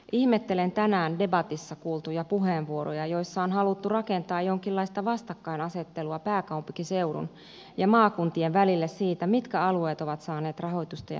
ihmettelen tänään debatissa kuultuja puheenvuoroja joissa on haluttu rakentaa jonkinlaista vastakkainasettelua pääkaupunkiseudun ja maakuntien välille siitä mitkä alueet ovat saaneet rahoitusta ja mitkä eivät